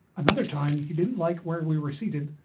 another time he didn't like where we were seated.